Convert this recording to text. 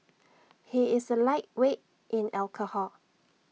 he is A lightweight in alcohol